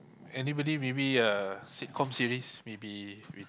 anybody maybe uh sitcom series maybe